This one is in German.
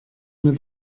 mir